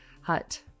hut